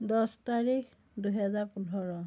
দছ তাৰিখ দুহেজাৰ পোন্ধৰ